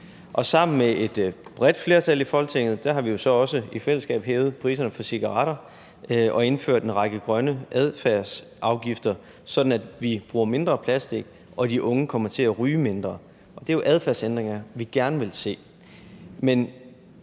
Sammen med et bredt flertal i Folketinget har vi jo så også i fællesskab hævet priserne på cigaretter og indført en række grønne adfærdsafgifter, sådan at vi bruger mindre plastik og de unge kommer til at ryge mindre, og det er jo adfærdsændringer, vi gerne vil se.